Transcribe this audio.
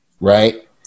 Right